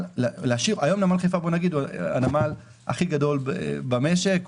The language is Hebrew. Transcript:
היום נמל חיפה הוא הנמל הכי גדול במשק,